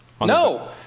No